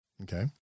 Okay